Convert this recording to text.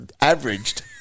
averaged